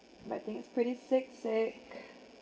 but I think it's pretty sick sick